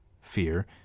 fear